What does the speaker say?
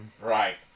Right